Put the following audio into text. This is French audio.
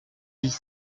dix